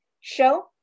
show